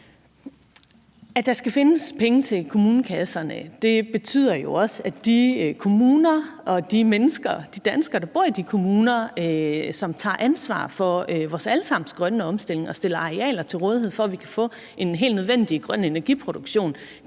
At der skal findes penge til kommunekasserne, betyder jo også, at de kommuner og de mennesker, der bor i de kommuner, som tager ansvar for vores alle sammens grønne omstilling og stiller arealer til rådighed for, at vi kan få en helt nødvendig grøn energiproduktion,